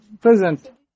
present